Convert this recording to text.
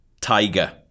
Tiger